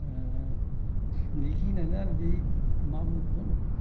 बेखिनियानो आरो बै मा बुंबावगोन